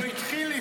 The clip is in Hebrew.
הוא התחיל לפני.